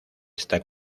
esta